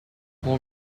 more